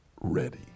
ready